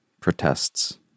protests